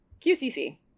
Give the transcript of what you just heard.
QCC